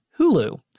Hulu